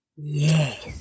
Yes